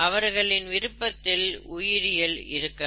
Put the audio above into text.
அவர்களின் விருப்பத்தில் உயிரியல் இருக்காது